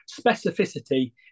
specificity